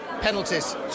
penalties